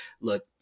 look